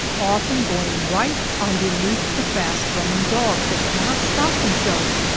often going right underneath the fast-running dogs that cannot stop themselves,